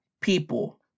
people